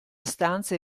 stanze